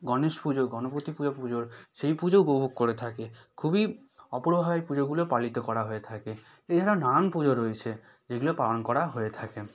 গণেশ পুজো গণপতি পূজা পুজোর সেই পুজোও উপভোগ করে থাকে খুবই অপূর্বভাবে এই পুজোগুলো পালন করা হয়ে থাকে এছাড়াও নানান পুজো রয়েছে যেগুলো পালন করা হয়ে থাকে